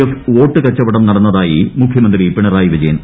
F വോട്ടു കച്ചുവടം നടന്നതായി മുഖ്യമുന്തി പിണറായി വിജയൻ